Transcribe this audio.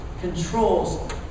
controls